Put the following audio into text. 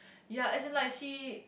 ya as in like she